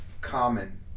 common